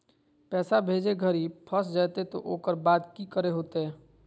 पैसा भेजे घरी फस जयते तो ओकर बाद की करे होते?